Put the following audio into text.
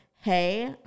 hey